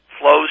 flows